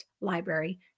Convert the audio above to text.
library